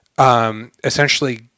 Essentially